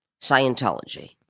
Scientology